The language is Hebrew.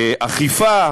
אכיפה,